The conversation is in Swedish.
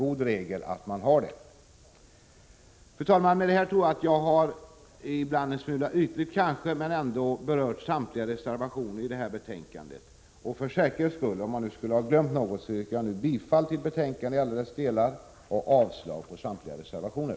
Med detta tror jag att jag, om också ibland kanske en smula ytligt, har berört samtliga reservationer i detta betänkande. Jag yrkar alltså bifall till utskottets hemställan i alla dess delar och avslag på samtliga reservationer.